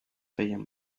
feien